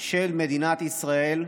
של מדינת ישראל,